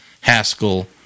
Haskell